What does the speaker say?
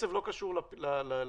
הקצב לא קשור לפרסום.